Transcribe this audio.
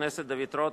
כנסת נכבדה,